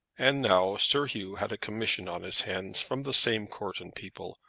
and now sir hugh had a commission on his hands from the same courton people,